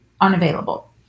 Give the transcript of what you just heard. unavailable